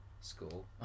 school